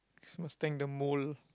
must thank the more